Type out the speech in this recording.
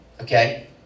okay